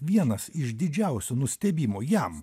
vienas iš didžiausių nustebimų jam